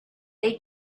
they